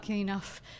enough